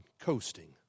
coasting